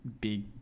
Big